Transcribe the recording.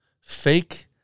Fake